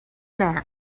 nap